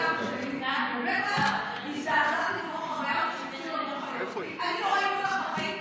אני לא ראיתי אותך בחיים,